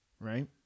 Right